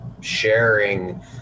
sharing